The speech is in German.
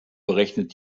berechnet